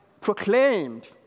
proclaimed